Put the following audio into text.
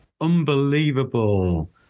unbelievable